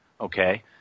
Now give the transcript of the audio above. Okay